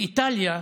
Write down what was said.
באיטליה,